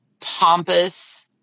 pompous